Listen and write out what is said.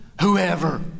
Whoever